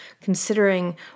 considering